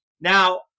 Now